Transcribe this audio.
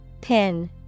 Pin